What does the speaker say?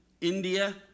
India